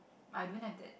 I don't have that